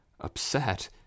upset